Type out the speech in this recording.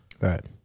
Right